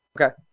okay